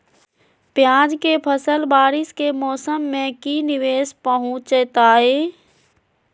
प्याज के फसल बारिस के मौसम में की निवेस पहुचैताई?